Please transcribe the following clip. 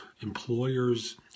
Employers